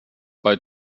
bei